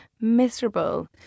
miserable